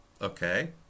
Okay